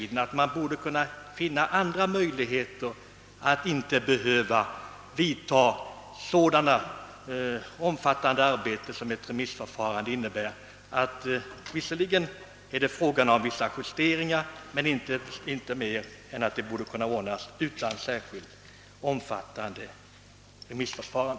Det borde finnas andra möjligheter, så att vi slapp det omfattande arbete som ett remissförfarande innebär. De justeringar det gäller är inte större än att de borde kunna ordnas utan ett särskilt omfattande remissförfarande.